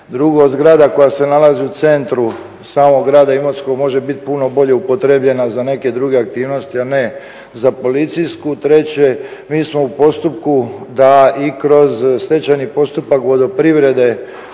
Drugo, zgrada koja se nalazi u centru samog grada Imotskog može biti puno bolje upotrjebljena za neke druge aktivnosti a ne za policijsku. Treće, mi smo u postupku da i kroz stečajni postupak vodoprivrede